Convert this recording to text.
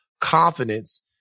confidence